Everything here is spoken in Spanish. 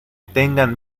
tengan